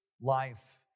life